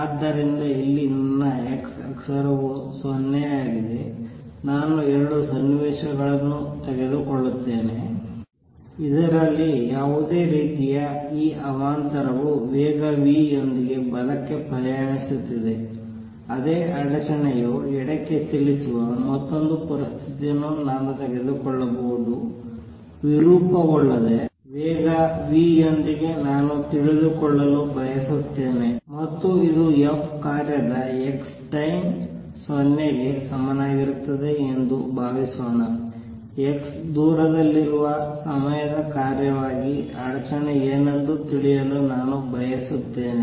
ಆದ್ದರಿಂದ ಇಲ್ಲಿ ನನ್ನ x ಅಕ್ಷವು 0 ಆಗಿದೆ ನಾನು 2 ಸನ್ನಿವೇಶಗಳನ್ನು ತೆಗೆದುಕೊಳ್ಳುತ್ತೇನೆ ಇದರಲ್ಲಿ ಯಾವುದೇ ರೀತಿಯ ಈ ಅವಾಂತರವು ವೇಗ v ಯೊಂದಿಗೆ ಬಲಕ್ಕೆ ಪ್ರಯಾಣಿಸುತ್ತಿದೆ ಅದೇ ಅಡಚಣೆಯು ಎಡಕ್ಕೆ ಚಲಿಸುವ ಮತ್ತೊಂದು ಪರಿಸ್ಥಿತಿಯನ್ನು ನಾನು ತೆಗೆದುಕೊಳ್ಳಬಹುದು ವಿರೂಪಗೊಳ್ಳದೆ ವೇಗ v ಯೊಂದಿಗೆ ನಾನು ತಿಳಿದುಕೊಳ್ಳಲು ಬಯಸುತ್ತೇನೆ ಮತ್ತು ಇದು f ಕಾರ್ಯದ x ಟೈಮ್ 0 ಗೆ ಸಮನಾಗಿರುತ್ತದೆ ಎಂದು ಭಾವಿಸೋಣ x ದೂರದಲ್ಲಿರುವ ಸಮಯದ ಕಾರ್ಯವಾಗಿ ಅಡಚಣೆ ಏನೆಂದು ತಿಳಿಯಲು ನಾನು ಬಯಸುತ್ತೇನೆ